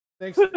Thanks